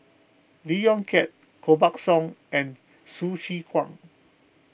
Lee Yong Kiat Koh Buck Song and Hsu Tse Kwang